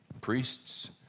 priests